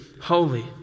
holy